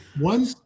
One